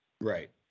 Right